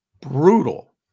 brutal